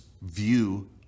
view